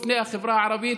בפני החברה הערבית,